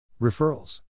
Referrals